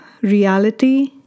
reality